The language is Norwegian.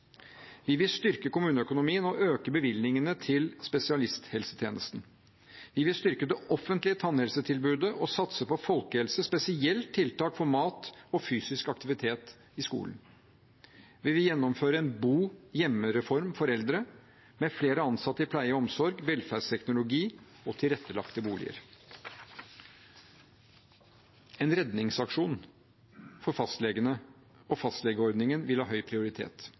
Vi vil styrke kommuneøkonomien og øke bevilgningene til spesialisthelsetjenesten. Vi vil styrke det offentlige tannhelsetilbudet og satse på folkehelse, spesielt tiltak for mat og fysisk aktivitet i skolen. Vi vil gjennomføre en bo-hjemme-reform for eldre, med flere ansatte i pleie og omsorg, velferdsteknologi og tilrettelagte boliger. En redningsaksjon for fastlegene og fastlegeordningen vil ha høy prioritet.